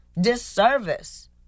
disservice